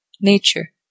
Nature